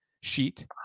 sheet